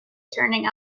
turning